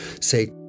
say